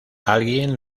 alguien